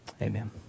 Amen